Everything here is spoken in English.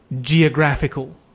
geographical